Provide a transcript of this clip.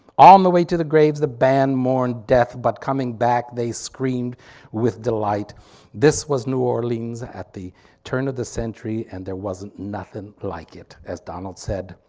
on the way to the graves the band mourned death but coming back they screamed with delight this was new orleans at the turn of the century and there wasn't nothing like it as donald said.